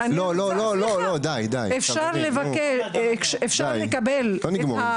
אפשר לקבל את,